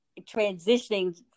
transitioning